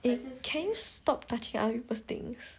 can you stop touching other people's things